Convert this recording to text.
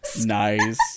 Nice